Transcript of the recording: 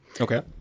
Okay